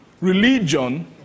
religion